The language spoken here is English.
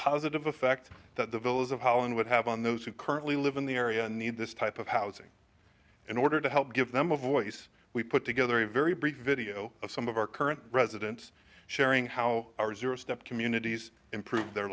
positive effect that the villas of holland would have on those who currently live in the area and need this type of housing in order to help give them a voice we put together a very brief video of some of our current residents sharing how ours are step communities improve their